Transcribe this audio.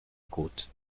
côte